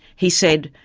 he said,